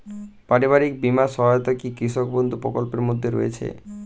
পারিবারিক বীমা সহায়তা কি কৃষক বন্ধু প্রকল্পের মধ্যে রয়েছে?